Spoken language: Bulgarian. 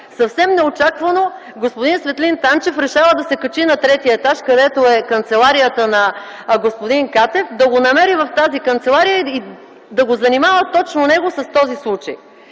Съвсем неочаквано господин Светлин Танчев решава да се качи на третия етаж, където е канцеларията на господин Катев, да го намери в тази канцелария и да занимава точно него с този случай.